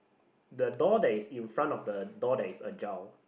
the door there is in front of the door there is ajar